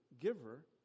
giver